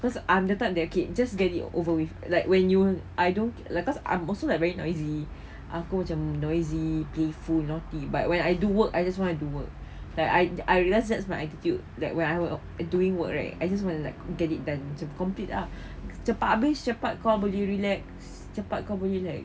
cause I'm the type that okay just get it over with like when you I don't cause I'm also like very noisy aku macam noisy playful naughty but when I do work I just want to do work that I I realise that's my attitude like when I doing work right I just want to like get it done macam complete ah cepat habis cepat kau pergi relax cepat kau pergi like